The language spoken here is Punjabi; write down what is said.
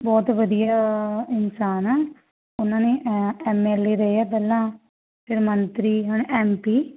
ਬਹੁਤ ਵਧੀਆ ਇਨਸਾਨ ਆ ਉਹਨਾਂ ਨੇ ਐਮ ਐਲ ਏ ਰਹੇ ਆ ਪਹਿਲਾਂ ਫਿਰ ਮੰਤਰੀ ਹੁਣ ਐਮ ਪੀ